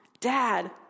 Dad